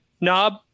knob